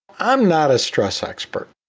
i'm not a stress expert.